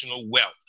wealth